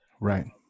Right